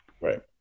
Right